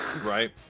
Right